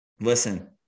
listen